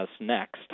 next